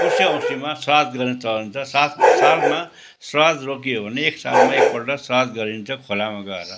कुसे औँसीमा श्राद गर्ने चलन छ सात सालमा श्राद रोकियो भने एक सालमा एकपल्ट श्राद गरिन्छ खोलामा गएर